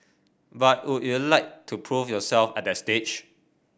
but would you like to prove yourself at that stage